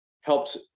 helps